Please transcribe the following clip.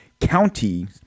county